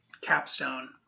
capstone